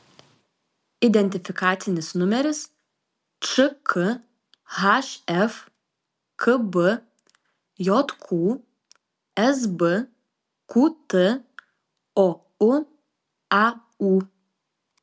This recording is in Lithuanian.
identifikacinis numeris čkhf kbjq sbqt ouaū